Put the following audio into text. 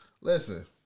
Listen